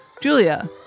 Julia